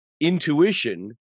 intuition